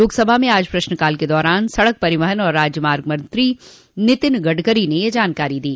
लोकसभा में आज प्रश्नकाल के दौरान सड़क परिवहन और राजमार्ग मंत्री नितिन गड़करी ने यह जानकारी दी